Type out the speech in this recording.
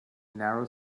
narrow